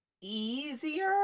easier